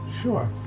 Sure